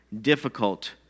difficult